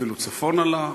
אפילו צפונה לה,